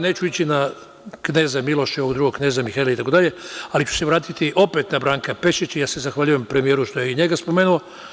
Neću ići na kneza Miloša i kneza Mihajla, ali ću se vratiti opet na Branka Pešića i zahvaljujem se premijeru što je i njega spomenuo.